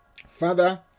Father